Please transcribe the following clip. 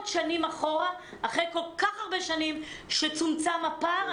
שנים אחורה אחרי כל כך הרבה שנים שצומצם הפער.